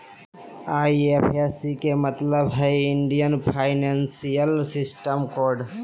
IFSC के मतलब हइ इंडियन फाइनेंशियल सिस्टम कोड